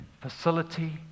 facility